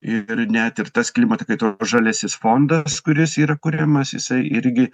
ir net ir tas klimato kaitos žaliasis fondas kuris yra kuriamas jisai irgi